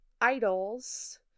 idols